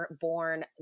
born